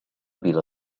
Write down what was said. vila